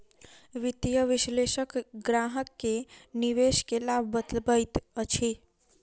वित्तीय विशेलषक ग्राहक के निवेश के लाभ बतबैत अछि